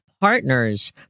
partners